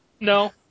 no